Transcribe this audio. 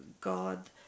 God